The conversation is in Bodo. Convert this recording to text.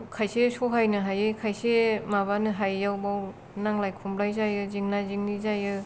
खायसे सहायनो हायै खायसे माबानो हायियाव बाव नांलाय खमलाय जायो जेंना जेंनि जायो